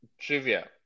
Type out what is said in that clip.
Trivia